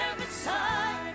inside